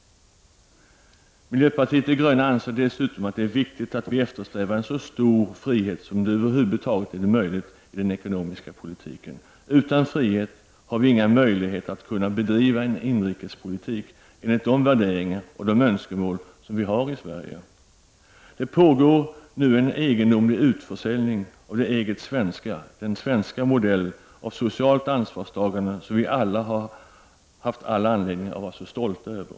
Vi i miljöpartiet de gröna anser dessutom att det är viktigt att eftersträva en så stor frihet som det över huvud taget är möjligt att uppnå i den ekonomiska politiken. Utan frihet har vi inga möjligheter att bedriva en inrikespolitik enligt de värderingar och de önskemål som vi har i Sverige. Det pågår nu en egendomlig utförsäljning sä att säga av det eget svenska — den svenska modell för socialt ansvarstagande som vi alla har haft anledning att vara mycket stolta över.